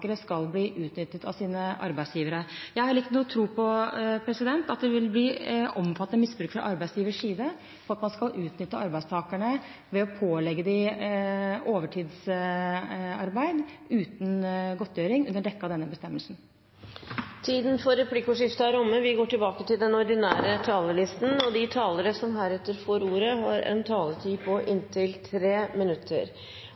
skal bli utnyttet av sine arbeidsgivere. Jeg har heller ikke noe tro på at det vil bli omfattende misbruk fra arbeidsgivernes side, at man skal utnytte arbeidstakerne ved å pålegge dem overtidsarbeid uten godtgjøring under dekke av denne bestemmelsen. Replikkordskiftet er omme. De talere som heretter får ordet, har en taletid på